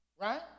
right